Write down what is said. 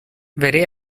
veré